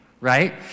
right